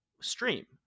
stream